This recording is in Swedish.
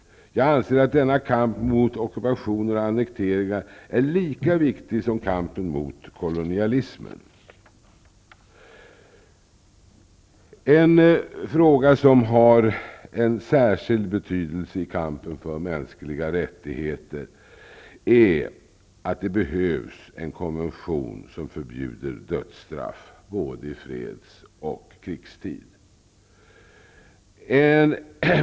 Jag anser att denna kamp mot ockupationer och annekteringar är lika viktig som kampen mot kolonialismen. En fråga som har särskild betydelse i kampen för mänskliga rättigheter är att det behövs en konvention som förbjuder dödsstraff både i freds och i krigstid.